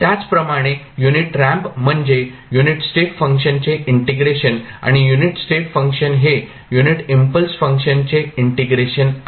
त्याचप्रमाणे unit ramp म्हणजे unit step फंक्शनचे इंटिग्रेशन आणि युनिट स्टेप फंक्शन हे युनिट इम्पल्स फंक्शनचे इंटिग्रेशन आहे